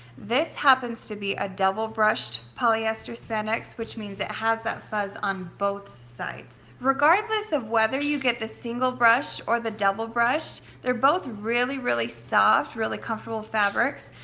this happens to be a double brushed polyester spandex, which means it has that fuzz on both sides. regardless of whether you get the single brush or the double brush, they're both really, really soft, really comfortable fabrics.